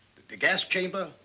the gas chamber,